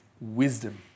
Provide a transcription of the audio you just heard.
wisdom